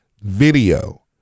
video